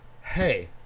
hey